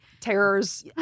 Terrors